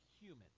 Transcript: human